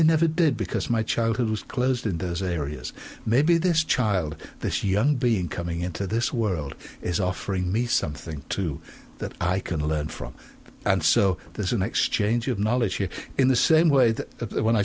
never did because my childhood was closed in the areas maybe this child this young being coming into this world is offering me something to that i can learn from and so there's an exchange of knowledge here in the same way that when i